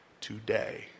today